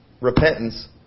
repentance